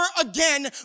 again